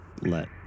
let